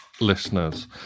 listeners